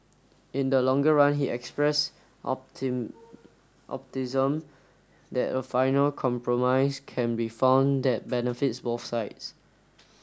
in the longer run he expressed that a final compromise can be found that benefits both sides